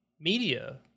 media